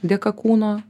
dėka kūno